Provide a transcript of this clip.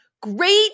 great